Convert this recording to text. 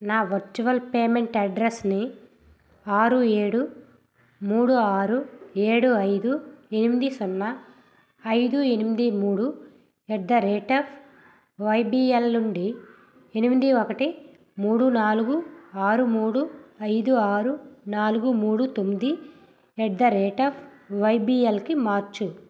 నా virtual payment అడ్రెస్ని ఆరు ఏడు మూడు ఆరు ఏడు ఐదు ఎనిమిది సున్నా ఐదు ఎనిమిది మూడు at the rate of YBL నుండి ఎనిమిది ఒకటి మూడు నాలుగు ఆరు మూడు ఐదు ఆరు నాలుగు మూడు తొమ్మిది అట్ ద రేట్ ఆఫ్ వైబిఎల్కి మార్చు